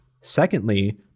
Secondly